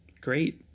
great